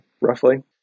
roughly